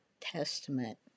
Testament